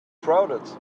crowded